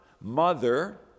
Mother